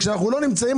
אבל כשאנחנו לא נמצאים,